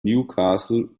newcastle